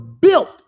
built